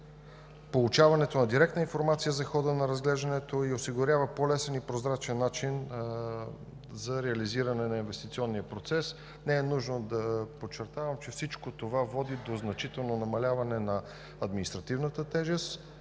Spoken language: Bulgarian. получаването на директна информация за хода на разглеждането и осигурява по-лесен и по-прозрачен начин за реализиране на инвестиционния процес. Не е нужно да подчертавам, че всичко това води до значително намаляване на административната тежест,